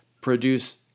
produce